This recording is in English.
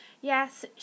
yes